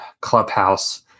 Clubhouse